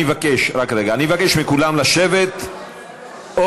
אני מבקש מכולם לשבת או